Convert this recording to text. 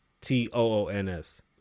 T-O-O-N-S